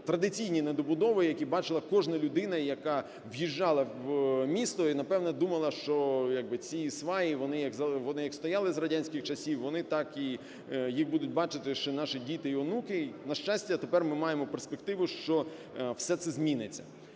традиційні недобудови, які бачила кожна людина, яка в'їжджала в місто і, напевно, думала, що як би ці сваї, вони як стояли з радянських часів, вони так і… їх будуть бачити ще наші діти й онуки. На щастя, тепер ми маємо перспективу, що все це зміниться.